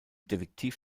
detektiv